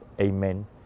Amen